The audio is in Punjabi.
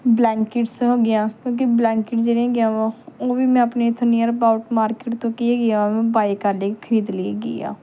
ਬਲੈਂਕਿਟਸ ਹੋਗੀਆਂ ਕਿਉਂਕਿ ਬਲੈਂਕਿਟਸ ਜਿਹੜੀਆਂ ਹੈਗੀਆਂ ਵਾ ਉਹ ਵੀ ਮੈਂ ਆਪਣੇ ਇੱਥੋਂ ਨੀਅਰ ਅਬਾਊਟ ਮਾਰਕੀਟ ਤੋਂ ਕੀ ਹੈਗੀ ਆ ਬਾਏ ਕਰ ਲਈ ਖਰੀਦ ਲਈ ਹੈਗੀ ਆ